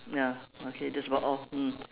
ya okay that's about all mm